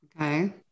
Okay